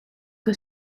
que